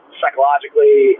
psychologically